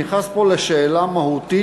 אני נכנס פה לשאלה מהותית,